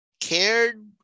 cared